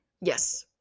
Yes